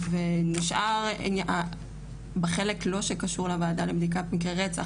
ונשאר בחלק לא שקשור לוועדה לבדיקת מקרי רצח,